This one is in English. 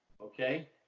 okay